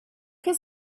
his